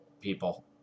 people